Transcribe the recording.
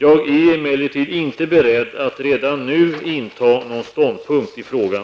Jag är emellertid inte beredd att redan nu inta någon ståndpunkt i frågan.